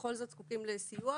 בכל זאת זקוקים לסיוע